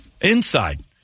inside